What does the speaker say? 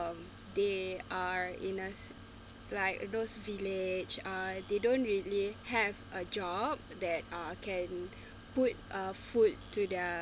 they are in a like those village uh they don't really have a job that uh can put a food to their